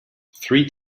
three